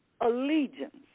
allegiance